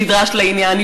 נדרש לעניין,